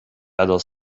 better